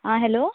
आं हॅलो